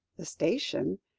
the station?